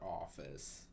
office